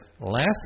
last